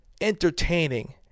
entertaining